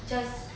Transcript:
just